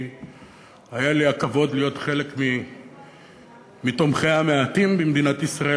שהיה לי הכבוד להיות אחד מתומכיה המעטים במדינת ישראל,